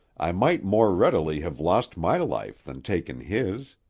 i might more readily have lost my life than taken his.